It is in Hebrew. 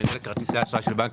מנהל כרטיסי אשראי, בנק